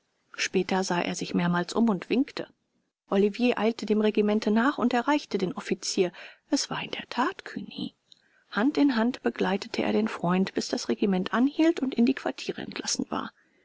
später sah er sich mehrmals um und winkte olivier eilte dem regimente nach und erreichte den offizier es war in der that cugny hand in hand begleitete er den freund bis das regiment anhielt und in die quartiere entlassen war